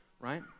right